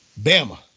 Bama